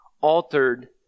altered